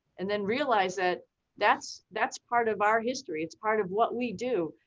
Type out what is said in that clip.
and then realize that that's that's part of our history. it's part of what we do,